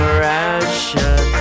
ration